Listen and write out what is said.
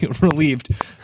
relieved